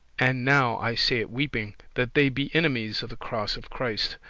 and now i say it weeping, that they be enemies of the cross of christ,